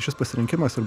šis pasirinkimas ir